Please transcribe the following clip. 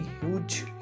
huge